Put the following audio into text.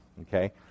Okay